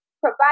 provide